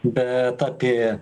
bet apie